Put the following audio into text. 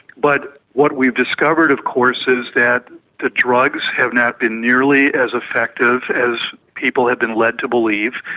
but what we've discovered of course is that the drugs have not been nearly as effective as people had been led to believe.